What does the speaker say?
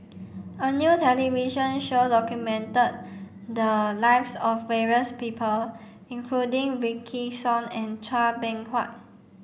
a new television show documented the lives of various people including Wykidd Song and Chua Beng Huat